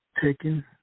taken